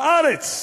בארץ?